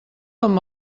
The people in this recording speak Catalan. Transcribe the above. amb